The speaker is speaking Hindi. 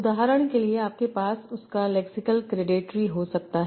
उदाहरण के लिए आपके पास उस का लैक्सिकल क्रेडिटरी हो सकता है